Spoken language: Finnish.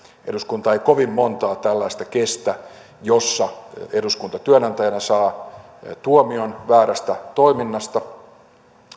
eduskunta ei kestä kovin montaa tällaista jossa eduskunta työnantajana saa tuomion väärästä toiminnasta